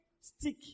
stick